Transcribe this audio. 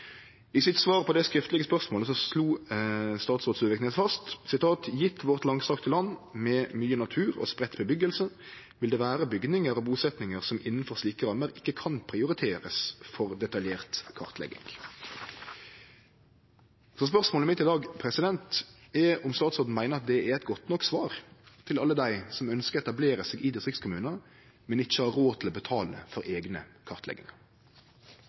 I sitt svar på det skriftlege spørsmålet slo statsråd Søviknes fast: «Gitt vårt langstrakte land, med mye natur og spredt bebyggelse, vil det være bygninger og bosetninger som innenfor slike rammer ikke kan prioriteres for detaljert kartlegging.» Spørsmålet mitt i dag er om statsråden meiner at det er eit godt nok svar til alle dei som ønskjer å etablere seg i distriktskommunar, men ikkje har råd til å betale for